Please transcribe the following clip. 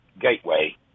Gateway